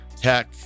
tech